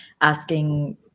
asking